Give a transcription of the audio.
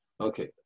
Okay